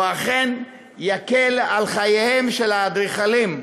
יקל על חייהם של האדריכלים,